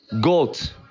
GOAT